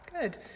Good